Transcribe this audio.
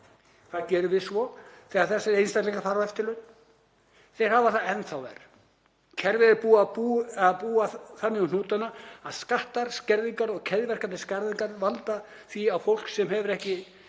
Hvað gerum við svo þegar þessir einstaklingar fara á eftirlaun? Þeir hafa það enn þá verr. Kerfið hefur búið þannig um hnútana að skattar, skerðingar og keðjuverkandi skerðingar valda því að fólk sem hefur ekki